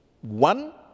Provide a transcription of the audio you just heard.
One